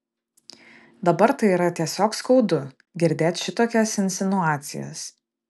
dabar tai yra tiesiog skaudu girdėt šitokias insinuacijas